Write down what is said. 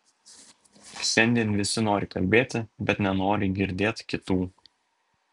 šiandien visi nori kalbėti bet nenori girdėt kitų